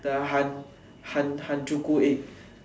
the han~ han~ hanjuku egg